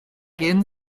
gegen